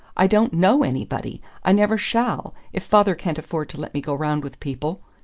i don't know anybody i never shall, if father can't afford to let me go round with people!